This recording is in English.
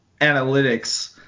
analytics